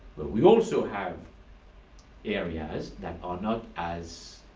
we also have areas that are not as